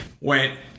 went